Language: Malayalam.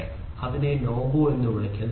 അല്ലെങ്കിൽ അതിനെ NO GO എന്ന് വിളിക്കുന്നു